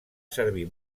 servir